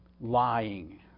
lying